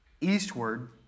eastward